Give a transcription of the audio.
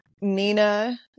Nina